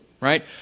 right